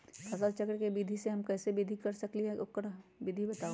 फसल चक्र के विधि से हम कैसे खेती कर सकलि ह हमरा ओकर विधि बताउ?